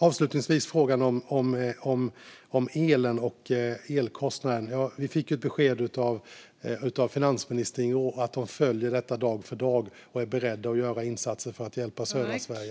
Avslutningsvis var det en fråga om elen och elkostnaden. Vi fick i går ett besked av finansministern om att man följer detta dag för dag och är beredda att göra insatser för att hjälpa södra Sverige.